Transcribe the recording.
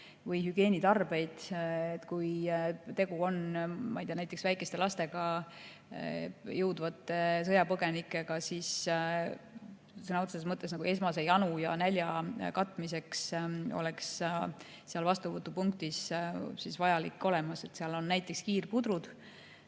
või hügieenitarbeid. Et kui tegu on, ma ei tea, näiteks väikeste lastega siia jõudvate sõjapõgenikega, siis sõna otseses mõttes esmase janu ja nälja [kustutamiseks] oleks seal vastuvõtupunktis vajalik olemas. Seal on näiteks kiirpudrud,